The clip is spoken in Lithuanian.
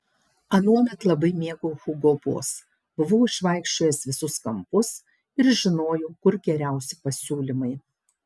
anuomet labai mėgau hugo boss buvau išvaikščiojęs visus kampus ir žinojau kur geriausi pasiūlymai